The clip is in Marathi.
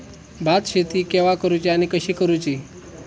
भात शेती केवा करूची आणि कशी करुची?